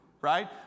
right